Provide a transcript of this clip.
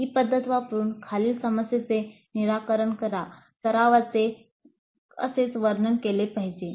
'ही पद्धत वापरुन खालील समस्येचे निराकरण करा सरावाचे असेच वर्णन केले आहे